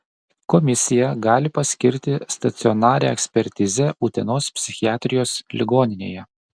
komisija gali paskirti stacionarią ekspertizę utenos psichiatrijos ligoninėje